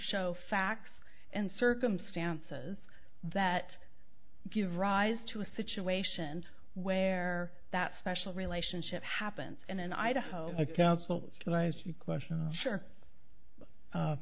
show facts and circumstances that give rise to a situation where that special relationship happens in an idaho